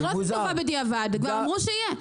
אנחנו לא צריכים טובה בדיעבד, כבר אמרו שיהיה.